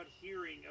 hearing